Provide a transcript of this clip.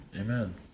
Amen